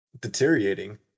Deteriorating